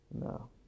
no